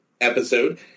episode